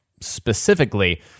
specifically